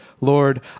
Lord